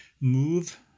move